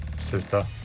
Sister